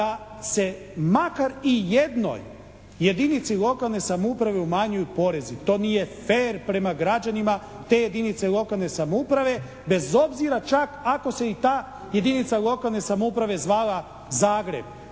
da se makar i jednoj jedinici lokalne samouprave umanjuju porezi. To nije fer prema građanima te jedinice lokalne samouprave bez obzira čak ako se i ta jedinica lokalne samouprave zvala Zagreb,